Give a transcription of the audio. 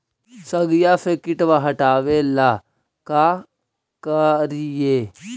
सगिया से किटवा हाटाबेला का कारिये?